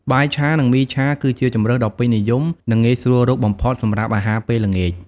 បាយឆា និង មីឆា គឺជាជម្រើសដ៏ពេញនិយម និងងាយស្រួលរកបំផុតសម្រាប់អាហារពេលល្ងាច ។